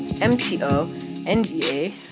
m-t-o-n-g-a